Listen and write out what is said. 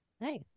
Nice